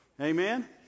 Amen